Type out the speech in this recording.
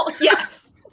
Yes